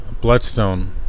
bloodstone